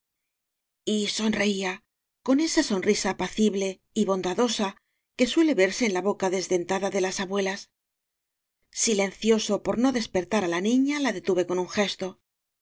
más y sonreía con esa sonrisa apacible y bon dadosa que suele verse en la boca desdentada de las abuelas silencioso por no despertar á la niña la detuve con un yesto